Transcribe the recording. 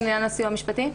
נתייחס לעניין הסיוע המשפטי?